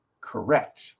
correct